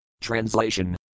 Translation